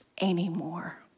anymore